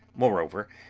moreover,